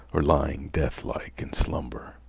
or lying deathlike in slumber.